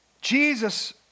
Jesus